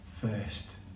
first